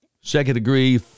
second-degree